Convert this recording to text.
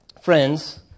friends